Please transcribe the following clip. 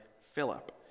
Philip